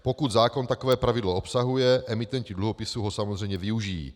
Pokud zákon takové pravidlo obsahuje, emitenti dluhopisů ho samozřejmě využijí.